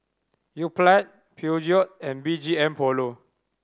Yoplait Peugeot and B G M Polo